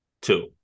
Two